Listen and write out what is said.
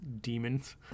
demons